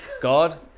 God